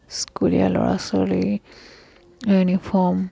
স্কুলীয়া ল'ৰা ছোৱালী ইউনিফৰ্ম